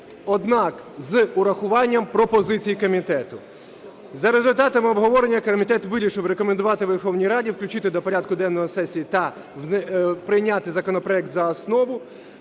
однак з урахуванням пропозицій комітету. За результатами обговорення комітет вирішив рекомендувати Верховній Раді включити до порядку денного сесії та прийняти законопроект за основу,